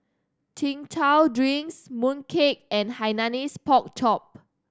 Chin Chow drinks mooncake and Hainanese Pork Chop